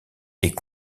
est